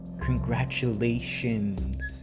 congratulations